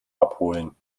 abholen